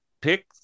pick